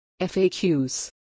FAQs